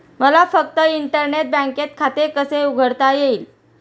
मला फक्त इंटरनेट बँकेत खाते कसे उघडता येईल?